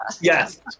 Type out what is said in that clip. yes